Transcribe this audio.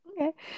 okay